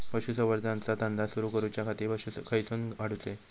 पशुसंवर्धन चा धंदा सुरू करूच्या खाती पशू खईसून हाडूचे?